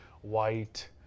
white